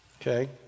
Okay